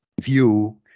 view